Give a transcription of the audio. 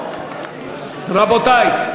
רבותי,